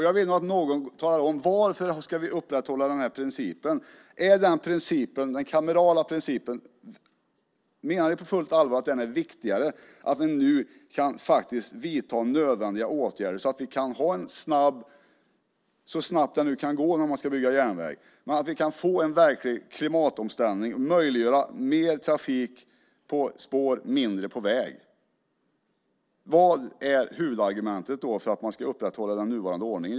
Jag vill att någon här talar om varför vi ska upprätthålla den kamerala principen. Menar ni på fullt allvar att den är viktigare än att nu faktiskt kunna vidta nödvändiga åtgärder så att vi så snabbt det nu kan gå när det gäller att bygga järnväg verkligen kan få en klimatomställning och möjliggöra mer trafik på spår och mindre trafik på väg? Vad är huvudargumentet för att upprätthålla nuvarande ordning?